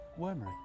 Wormery